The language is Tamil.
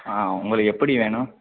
ஆ உங்களுக்கு எப்படி வேணும்